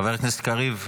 חבר הכנסת קריב,